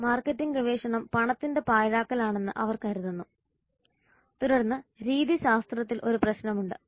marketing ഗവേഷണം പണത്തിന്റെ പാഴാക്കലാണെന്ന് അവർ കരുതുന്നു തുടർന്ന് രീതിശാസ്ത്രത്തിൽ ഒരു പ്രശ്നമുണ്ട്